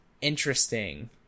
interesting